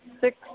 six